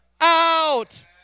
out